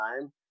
time